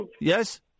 Yes